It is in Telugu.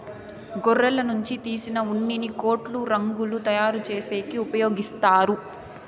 గొర్రెల నుంచి తీసిన ఉన్నిని కోట్లు, రగ్గులు తయారు చేసేకి ఉపయోగిత్తారు